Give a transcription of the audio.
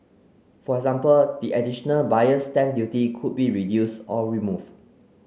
for example the additional Buyer's Stamp Duty could be reduce or remove